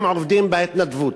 הם עובדים בהתנדבות.